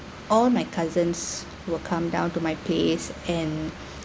all my cousins will come down to my place and